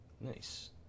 Nice